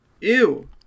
Ew